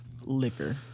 liquor